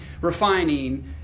refining